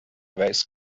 weiß